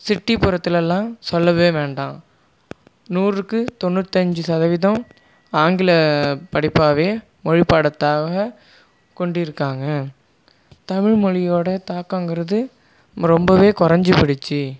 city புறத்துலேலாம் சொல்லவே வேண்டாம் நூறுக்கு தொண்ணூத்தஞ்சு சதவீதம் ஆங்கில படிப்பாவே மொழி பாடத்தாகவ கொண்டிருக்காங்கள் தமிழ் மொழியோடய தாக்கங்கறது ரொம்பவே குறஞ்சிப் போயிடிச்சு